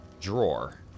...drawer